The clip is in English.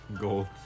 Gold